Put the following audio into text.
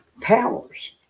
powers